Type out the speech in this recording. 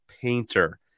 Painter